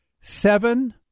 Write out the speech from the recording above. seven